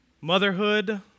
Motherhood